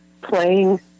playing